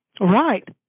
right